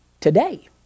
today